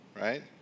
Right